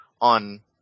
on